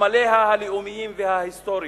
וסמליה הלאומיים וההיסטוריים.